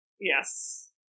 Yes